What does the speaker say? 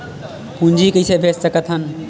पूंजी कइसे भेज सकत हन?